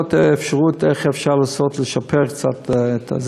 לראות איך אפשר לנסות לשפר קצת את השירות.